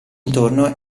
intorno